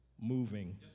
moving